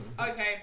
Okay